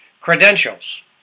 credentials